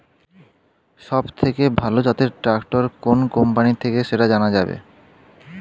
সবথেকে ভালো জাতের ট্রাক্টর কোন কোম্পানি থেকে সেটা জানা যাবে?